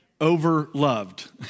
over-loved